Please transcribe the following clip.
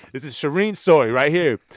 this is shereen's story right here.